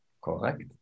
Correct